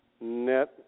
Net